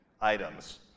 items